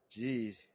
Jeez